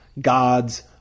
God's